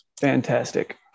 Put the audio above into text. Fantastic